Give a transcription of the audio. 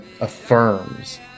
affirms